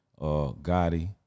Gotti